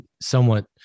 somewhat